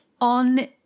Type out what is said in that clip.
on